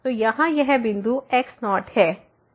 तो यहाँ यह बिंदु x0 है